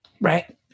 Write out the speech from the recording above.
Right